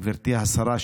גברתי השרה,